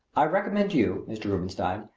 i recommend you, mr. rubenstein,